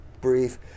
brief